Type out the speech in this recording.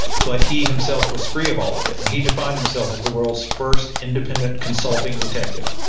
but he himself was free of all of it and he defined himself as the world's first independent consulting detective.